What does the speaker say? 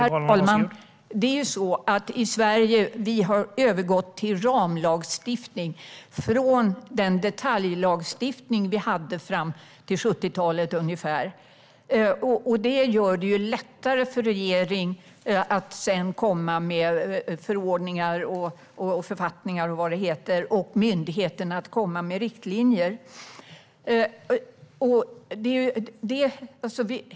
Herr talman! Det är ju så att vi i Sverige har övergått till ramlagstiftning, från den detaljlagstiftning vi hade fram till 70-talet, ungefär. Det gör det lättare för en regering att komma med förordningar, författningar och vad det heter och för myndigheterna att komma med riktlinjer.